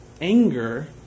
anger